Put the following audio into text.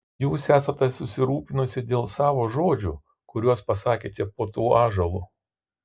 jūs esate susirūpinusi dėl savo žodžių kuriuos pasakėte po tuo ąžuolu